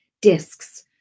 Discs